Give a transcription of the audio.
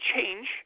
change